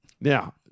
now